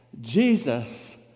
Jesus